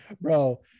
Bro